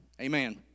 Amen